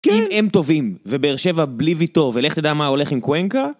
אם הם טובים, ובאר שבע בלי ויטוב, ולך תדע מה הולך עם קוונקה?